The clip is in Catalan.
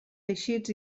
teixits